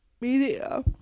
media